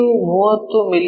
ಇದು 30 ಮಿ